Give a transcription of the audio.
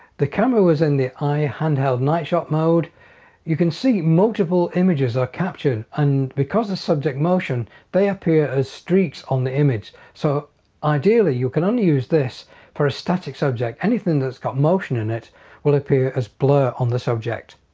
the camera was in the i handheld night shot mode you can see multiple images are captured and because of subject motion they appear as streaks on the image so ideally you can only use this for a static subject. anything that's got motion in it will appear as blur on the subject.